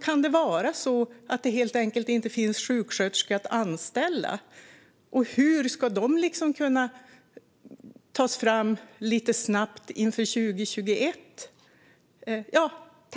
Kan det vara så att det helt enkelt inte finns sjuksköterskor att anställa? Hur ska de snabbt kunna tas fram under 2021?